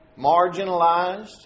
marginalized